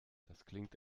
klingt